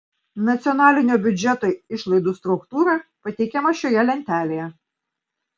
nacionalinio biudžeto išlaidų struktūra pateikiama šioje lentelėje